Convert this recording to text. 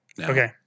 Okay